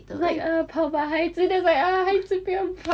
like uh 跑吧孩子 then it's like uh 孩子不要跑